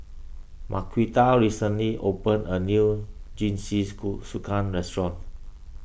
Marquita recently opened a new restaurant